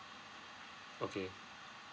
okay